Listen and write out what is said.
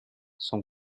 son